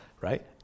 right